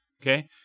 okay